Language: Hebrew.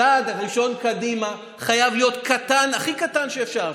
הצעד הראשון קדימה חייב להיות קטן, הכי קטן שאפשר.